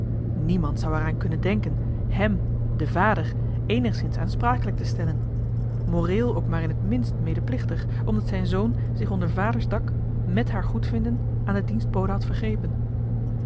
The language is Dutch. niemand zou er aan kunnen denken hem den vader eenigszins aansprakelijk te stellen moreel ook maar in het minst medeplichtig omdat zijn zoon zich onder vaders dak mèt haar goedvinden aan de dienstbode had vergrepen